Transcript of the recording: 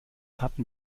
hatten